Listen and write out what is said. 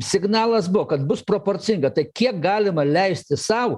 signalas buvo kad bus proporcinga tai kiek galima leisti sau